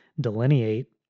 delineate